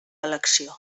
elecció